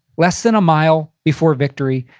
less than a mile before victory,